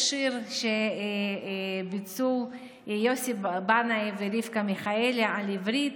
יש שיר שביצעו יוסי בנאי ורבקה מיכאלי על עברית: